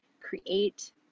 create